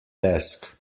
desk